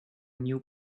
new